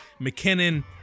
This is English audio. McKinnon